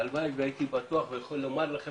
הלוואי והייתי בטוח והייתי יכול לומר לכם